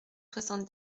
soixante